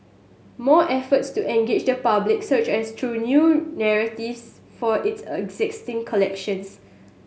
more efforts to engage the public such as through new narratives for its existing collections